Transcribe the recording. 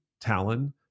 Talon